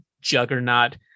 juggernaut